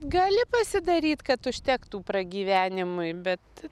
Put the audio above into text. gali pasidaryt kad užtektų pragyvenimui bet